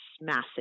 massive